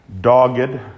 dogged